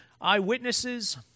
eyewitnesses